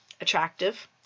Attractive